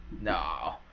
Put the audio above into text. no